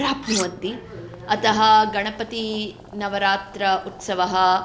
प्राप्नुवन्ति अतः गणपती नवरात्रोत्सवः